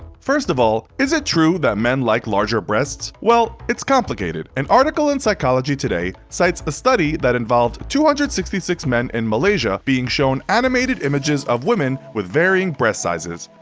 first of all, is it true that men like larger breasts? well, it's complicated. an article in psychology today cites a study that involved two hundred and sixty six men in malaysia being shown animated images of women with varying breast sizes.